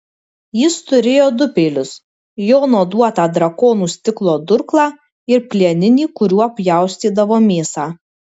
jis turėjo du peilius jono duotą drakonų stiklo durklą ir plieninį kuriuo pjaustydavo mėsą